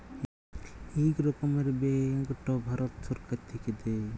ইক রকমের ব্যাংকট ভারত ছরকার থ্যাইকে দেয়